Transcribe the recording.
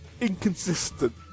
inconsistent